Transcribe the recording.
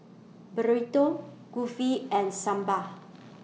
Burrito Kulfi and Sambar